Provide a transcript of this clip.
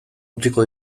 utziko